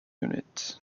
unit